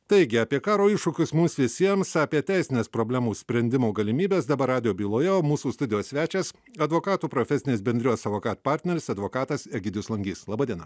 taigi apie karo iššūkius mums visiems apie teisines problemos sprendimo galimybes dabar radijo byloje o mūsų studijos svečias advokatų profesinės bendrijos avokat partneris advokatas egidijus langys laba diena